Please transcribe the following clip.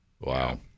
Wow